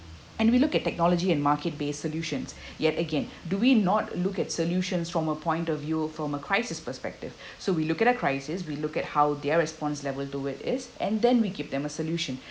and we look at technology and market-based solutions yet again do we not look at solutions from a point of view from a crisis perspective so we look at a crisis we look at how their response level do with this and then we give them a solution